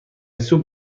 سوپ